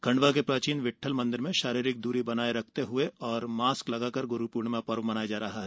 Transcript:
खंडवा के प्राचीन विट़ठल मंदिर में शारीरिक दूरी बनाये रखते हुए और मॉस्क लगाकर आज गुरूपूर्णिमा पर्व मनाया जा रहा है